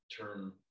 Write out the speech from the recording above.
term